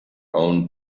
own